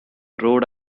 rhode